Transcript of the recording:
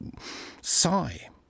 sigh